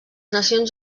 nacions